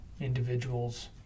individuals